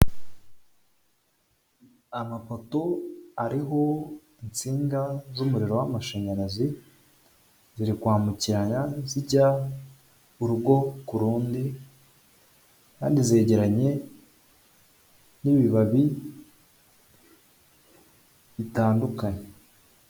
Amapoto ariho insinga z'umuriro w'amashanyarazi ziri kwambukiranya zijya urugo ku rundi kandi zegeranye n'ibibabi bitandukanye.